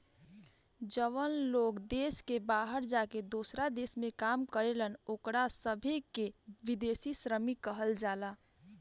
जवन लोग देश के बाहर जाके दोसरा देश में काम करेलन ओकरा सभे के विदेशी श्रमिक कहल जाला